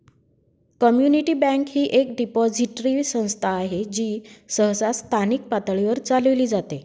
community bank ही एक depository संस्था आहे जी सहसा स्थानिक पातळीवर चालविली जाते